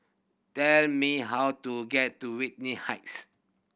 tell me how to get to Whitley Heights